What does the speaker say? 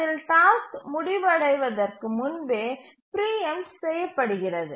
அதில் டாஸ்க் முடிவடைவதற்கு முன்பே பிரீஎம்ட் செய்யப்படுகிறது